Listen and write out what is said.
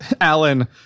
Alan